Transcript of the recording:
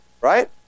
Right